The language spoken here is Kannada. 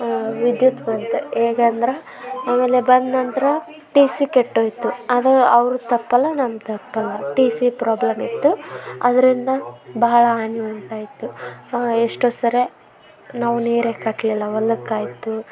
ವಿದ್ಯುತ್ ಬಂತು ಹೇಗಂದ್ರೆ ಆಮೇಲೆ ಬಂದ ನಂತರ ಟಿ ಸಿ ಕೆಟ್ಟೋಯಿತು ಅದು ಅವ್ರದ್ದು ತಪ್ಪಲ್ಲ ನಮ್ದು ತಪ್ಪಲ್ಲ ಟಿ ಸಿ ಪ್ರಾಬ್ಲಮ್ ಇತ್ತು ಅದರಿಂದ ಬಹಳ ಹಾನಿ ಉಂಟಾಯಿತು ಎಷ್ಟೊ ಸರಿ ನಾವು ನೀರೇ ಕಟ್ಟಲಿಲ್ಲ ಹೊಲಕ್ ಆಯಿತು